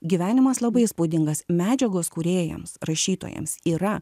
gyvenimas labai įspūdingas medžiagos kūrėjams rašytojams yra